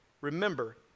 Remember